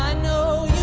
ah know,